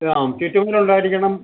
ആ ചുറ്റുമതിൽ ഉണ്ടായിരിക്കണം